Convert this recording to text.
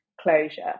closure